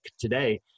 today